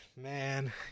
Man